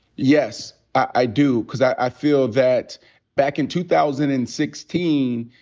yes. i do. cause i feel that back in two thousand and sixteen,